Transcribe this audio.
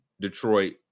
Detroit